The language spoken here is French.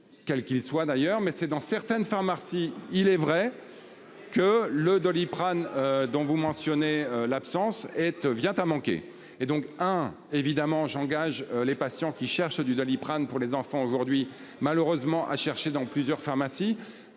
Quel qu'il soit d'ailleurs mais c'est dans certaines pharmacies. Il est vrai. Que le Doliprane dont vous mentionnez l'absence être vient à manquer. Et donc, hein. Évidemment j'engage les patients qui cherche du Doliprane pour les enfants aujourd'hui malheureusement à chercher dans plusieurs pharmacies